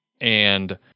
and-